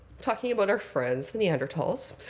talking about our friends, the neanderthals,